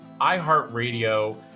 iHeartRadio